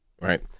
right